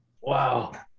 Wow